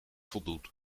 voldoet